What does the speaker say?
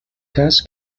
cas